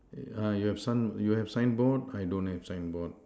uh yeah you have sign you have sign board I don't have sign board